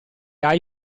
hai